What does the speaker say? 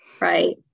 Right